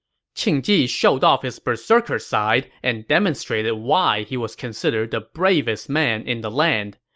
qing ji showed off his berserker side and demonstrated why he was considered the bravest man in the land.